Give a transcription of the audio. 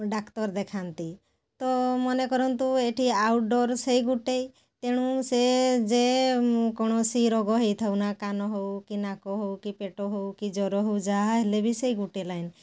ଡାକ୍ତର ଦେଖାନ୍ତି ତ ମନେକରନ୍ତୁ ଏଠି ଆଉଟଡ଼ୋର୍ ସେଇ ଗୋଟେ ତେଣୁ ସେ ଯେକୌଣସି ରୋଗ ହେଇଥାଉନା କାନ ହଉ କି ନାକ ହଉ କି ପେଟ ହଉ କି ଜର ହଉ ଯାହାହେଲେ ବି ସେ ଗୋଟେ ଲାଇନ୍